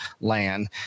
land